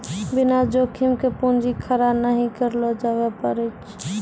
बिना जोखिम के पूंजी खड़ा नहि करलो जावै पारै